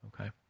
Okay